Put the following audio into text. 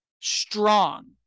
strong